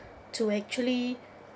to actually